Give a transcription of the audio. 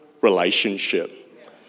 relationship